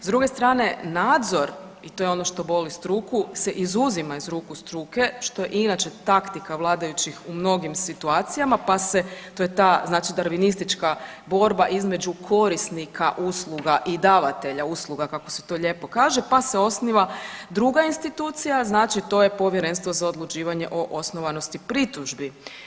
S druge strane, nadzor i to je ono što boli struku, se izuzima iz ruku struke, što je inače taktika vladajućih u mnogim situacijama, pa se, to je ta znači darvinistička borba između korisnika usluga i davatelja usluga kako se to lijepo kaže, pa se osniva druga institucija, znači to je Povjerenstvo za odlučivanje o osnovanosti pritužbi.